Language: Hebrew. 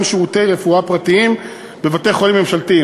שירותי רפואה פרטיים בבתי-חולים ממשלתיים,